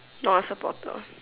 not a supporter